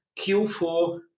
Q4